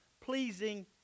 pleasing